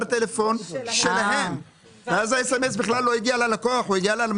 הטלפון שלהם ואז המסרון בכלל לא הגיע ללקוח אלא למייצג.